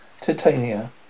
Titania